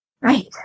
right